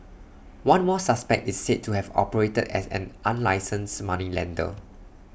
one more suspect is said to have operated as an unlicensed moneylender